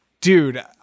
dude